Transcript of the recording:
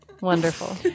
Wonderful